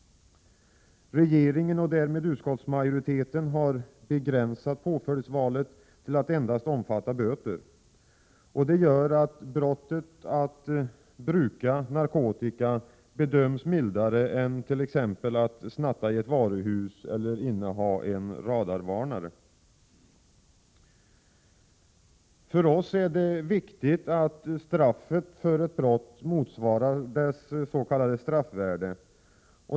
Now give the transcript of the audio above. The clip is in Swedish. Regeringen, och därmed utskottsmajoriteten, har begränsat påföljdsvalet till att endast omfatta böter. Det gör att brottet att bruka narkotika bedöms mildare än att t.ex. snatta i ett varuhus eller att inneha en radarvarnare. För oss är det viktigt att straffet för ett brott motsvarar dess s.k. straffvärde.